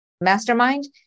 mastermind